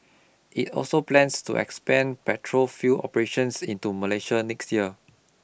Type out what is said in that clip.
it also plans to expand petrol fuel operations into Malaysia next year